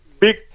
Big